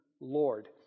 Lord